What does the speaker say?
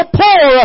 poor